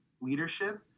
leadership